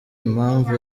impamvu